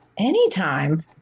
Anytime